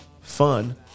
Fun